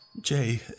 Jay